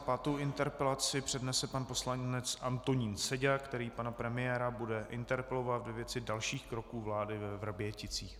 Pátou interpelaci přednese pan poslanec Antonín Seďa, který pana premiéra bude interpelovat ve věci dalších kroků vlády ve Vrběticích.